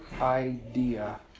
idea